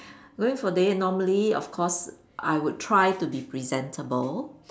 going for a date normally of course I would try to be presentable